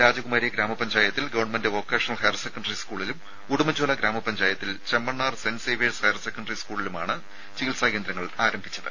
രാജകുമാരി ഗ്രാമപഞ്ചായത്തിൽ government vocational higher secondary സ്കൂളിലും ഉടുമ്പൻചോല ഗ്രാമപഞ്ചായത്തിൽ Chemmannar saint Xavier's higher secondary സ്കൂളിലുമാണ് കോവിഡ് ഫസ്റ്റ് ലൈൻ ചികിത്സാ കേന്ദ്രങ്ങൾ ആരംഭിച്ചത്